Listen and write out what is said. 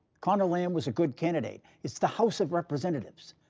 conor lamb was a good candidate. it's the house of representatives.